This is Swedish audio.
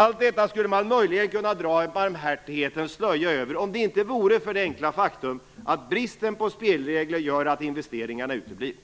Allt detta skulle man möjligen kunna dra en barmhärtighetens slöja över om det inte vore för det enkla faktum att bristen på spelregler gör att investeringarna uteblir.